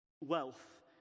wealth